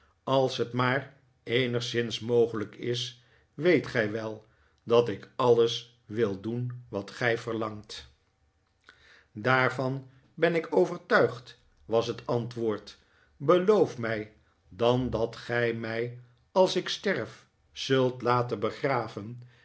als het maar eenigszins mogelijk is weet gij wel dat ik alles wil doen wat gij verlangt daarvan ben ik overtuigd was het antwoord beloof mij dan dat gij mij als ik stetf zult laten begraven